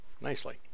nicely